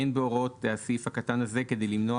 "אין בהוראות הסעיף הקטן הזה כדי למנוע